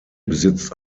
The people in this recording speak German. besitzt